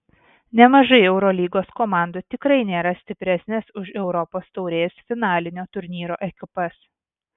nemažai eurolygos komandų tikrai nėra stipresnės už europos taurės finalinio turnyro ekipas